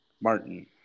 Martin